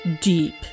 Deep